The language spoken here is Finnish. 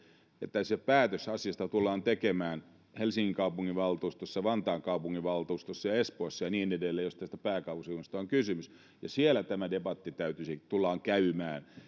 että se päätös asiasta tullaan tekemään helsingin kaupunginvaltuustossa vantaan kaupunginvaltuustossa ja espoossa ja niin edelleen jos pääkaupunkiseudusta on kysymys siellä tämä debatti tullaan käymään